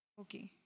Okay